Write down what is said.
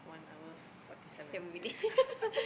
okay one hour forty seven